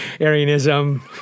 Arianism